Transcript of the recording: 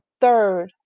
third